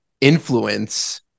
influence